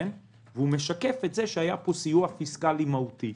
והוא משקף את זה שהיה פה סיוע פיסקלי מהותי.